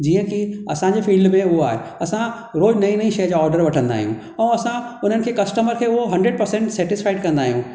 जीअं कि असां जे फ़ील्ड में उहो आहे असां रोज़ नईं नईं शइ जा ऑर्डर वठंदा आहियूं ऐं असां उन्हनि खे कस्टमर खे उहो हंड्रेड पर्सेन्ट सेटिसफाइड कंदा आहियूं